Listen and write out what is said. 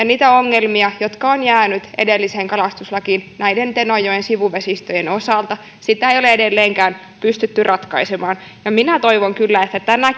niitä ongelmia jotka ovat jääneet edelliseen kalastuslakiin näiden tenojoen sivuvesistöjen osalta sitä ei ole edelleenkään pystytty ratkaisemaan minä toivon kyllä että tänä